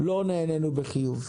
לא נענינו בחיוב.